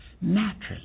naturally